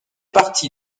partie